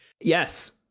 yes